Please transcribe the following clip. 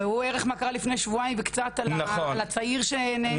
ראו ערך מה שקרה לפני שבועיים וקצת עם הצעיר שנאנס.